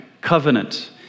covenant